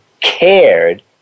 cared